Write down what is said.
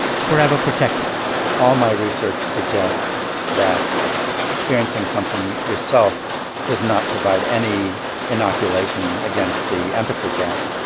forever protected all my research suggests that experiencing something yourself does not provide any inoculation against the empathy gap